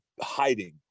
hiding